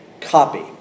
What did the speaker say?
copy